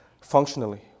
functionally